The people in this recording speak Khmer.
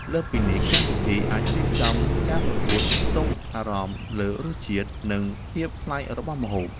លើសពីនេះ កម្មវិធីអាចរៀបចំការប្រកួតស្ទង់អារម្មណ៍លើរសជាតិ និងភាពប្លែករបស់ម្ហូប